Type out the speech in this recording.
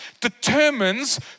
determines